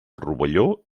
rovelló